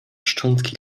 szczątki